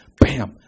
bam